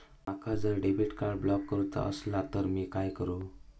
माका जर debit card block करूचा असला तर मी काय करू?